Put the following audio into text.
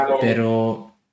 pero